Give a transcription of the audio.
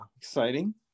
exciting